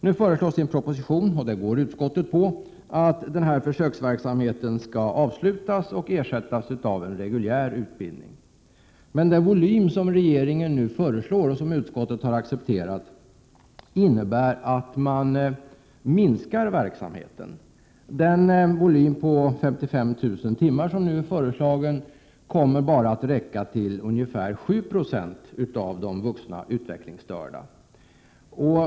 Nu föreslås i en proposition, och det ansluter sig utskottet till, att försöksverksamheten skall avslutas och ersättas av en reguljär utbildning. Men den volym som regeringen nu föreslår och som utskottet har Prot. 1987/88:126 accepterat innebär att man minskar verksamheten. Den volym på 55 000 25 maj 1988 timmar som nu är föreslagen kommer bara att räcka till ungefär 7 96 av de Kompetensinrik vuxna utvecklingsstörda.